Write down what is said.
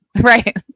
Right